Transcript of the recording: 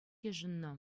йышӑннӑ